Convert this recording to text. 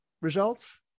results